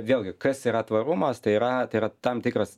vėlgi kas yra tvarumas tai yra tai yra tam tikras